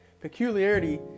peculiarity